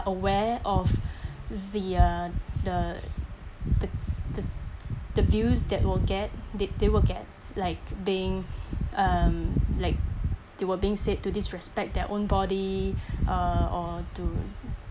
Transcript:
aware of the uh the the the the views that will get they will get like being um like they were being said to disrespect their own body uh or to